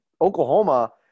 Oklahoma